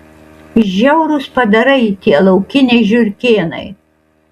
žiaurūs padarai tie laukiniai žiurkėnai